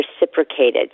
reciprocated